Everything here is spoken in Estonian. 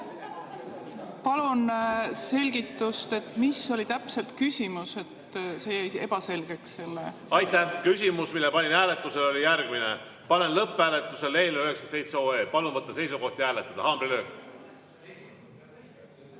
Palun selgitust, mis oli täpselt küsimus. See jäi ebaselgeks. Aitäh! Küsimus, mille panin hääletusele, oli järgmine. Panen lõpphääletusele eelnõu 97. Palun võtta seisukoht ja hääletada! Haamrilöök. Kas